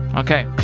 okay.